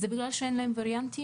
זה בגלל שאין להם וריאנטים?